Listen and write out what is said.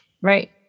Right